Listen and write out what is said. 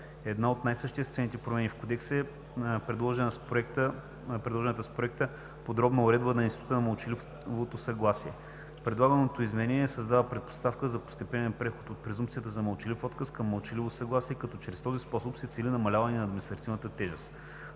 Една от най-съществените промени в Кодекса е предложената с проекта подробна уредба на института на мълчаливото съгласие. Предлаганото изменение създава предпоставка за постепенен преход от презумпция за мълчалив отказ към мълчаливо съгласие, като чрез този способ се цели намаляване на административната тежест.